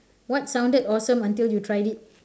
what sounded awesome until you tried it